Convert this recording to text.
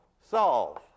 Solve